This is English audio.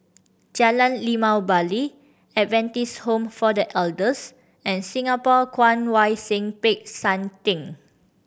Jalan Limau Bali Adventist Home for The Elders and Singapore Kwong Wai Siew Peck San Theng